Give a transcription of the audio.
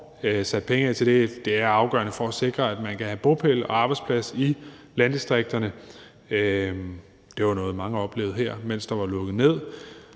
har sat penge af til det. Det er afgørende for at sikre, at man kan have bopæl og arbejdsplads i landdistrikterne. Det var jo noget, mange oplevede her, mens der var lukket ned.